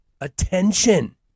attention